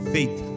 Faith